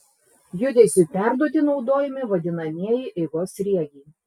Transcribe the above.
judesiui perduoti naudojami vadinamieji eigos sriegiai